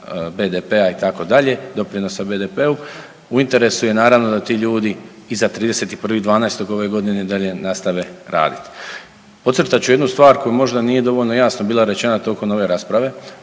BDP-a itd., doprinosa BDU-u, u interesu je naravno da ti ljudi iza 31.12. ove godine i dalje nastave raditi. Podcrtat ću jednu stvar koja možda nije dovoljno jasno bila rečena tokom ove rasprave.